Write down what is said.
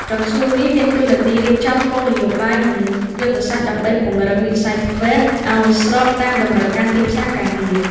ក្រសួងនេះមានតួនាទីរៀបចំគោលនយោបាយ និងយុទ្ធសាស្ត្រដើម្បីពង្រឹងវិស័យ ធ្វេត TVET ឱ្យស្របតាមតម្រូវការទីផ្សារការងារ។